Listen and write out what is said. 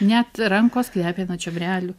net rankos kvepia nuo čiobrelių